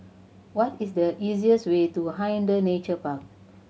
what is the easiest way to Hindhede Nature Park